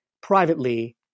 Privately